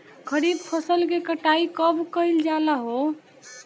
खरिफ फासल के कटाई कब कइल जाला हो?